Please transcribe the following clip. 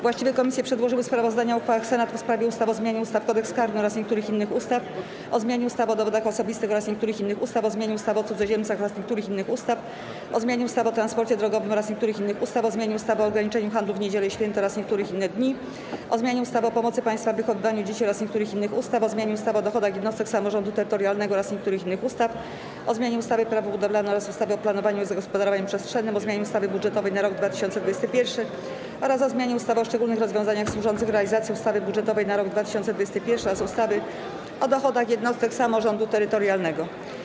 Właściwe komisje przedłożyły sprawozdania o uchwałach Senatu w sprawie ustaw: - o zmianie ustawy - Kodeks karny oraz niektórych innych ustaw, - o zmianie ustawy o dowodach osobistych oraz niektórych innych ustaw, - o zmianie ustawy o cudzoziemcach oraz niektórych innych ustaw, - o zmianie ustawy o transporcie drogowym oraz niektórych innych ustaw, - o zmianie ustawy o ograniczeniu handlu w niedziele i święta oraz w niektóre inne dni, - o zmianie ustawy o pomocy państwa w wychowywaniu dzieci oraz niektórych innych ustaw, - o zmianie ustawy o dochodach jednostek samorządu terytorialnego oraz niektórych innych ustaw, - o zmianie ustawy - Prawo budowlane oraz ustawy o planowaniu i zagospodarowaniu przestrzennym, - o zmianie ustawy budżetowej na rok 2021, - o zmianie ustawy o szczególnych rozwiązaniach służących realizacji ustawy budżetowej na rok 2021 oraz ustawy o dochodach jednostek samorządu terytorialnego.